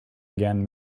again